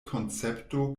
koncepto